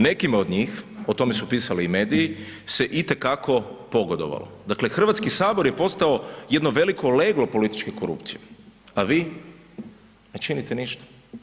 Nekima od njih, o tome su pisali i mediji se itekako pogodovalo, dakle Hrvatski sabor je postao jedno veliko leglo političke korupcije, a vi ne činite ništa.